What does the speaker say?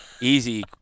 easy